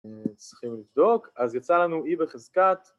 צריכים לבדוק, אז יצא לנו e בחזקת